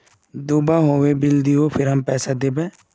दूबा होबे बिल दियो फिर हम पैसा देबे?